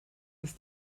ist